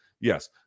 Yes